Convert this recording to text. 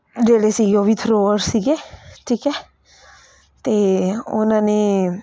ਜਿਹੜੇ ਸੀ ਉਹ ਵੀ ਥਰੋਅਰ ਸੀਗੇ ਠੀਕ ਹੈ ਅਤੇ ਉਹਨਾਂ ਨੇ